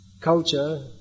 culture